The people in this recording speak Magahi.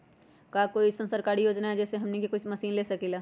का कोई अइसन सरकारी योजना है जै से हमनी कोई मशीन ले सकीं ला?